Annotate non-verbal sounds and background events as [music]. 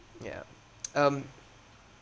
yeah [noise] um